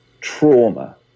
trauma